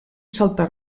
salta